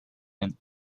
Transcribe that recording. and